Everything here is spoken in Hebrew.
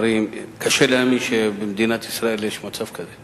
קשה להאמין שבמדינת ישראל יש מצב כזה.